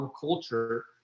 culture